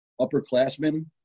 upperclassmen